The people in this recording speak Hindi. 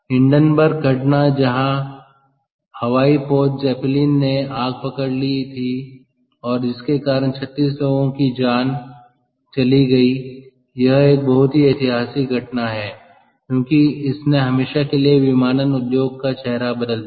हिंडनबर्ग घटना जहां हवाई पोत जेपलिन ने आग पकड़ ली और जिसके कारण 36 लोगों की जान चली गई यह एक बहुत ही ऐतिहासिक घटना है क्योंकि इसने हमेशा के लिए विमानन उद्योग का चेहरा बदल दिया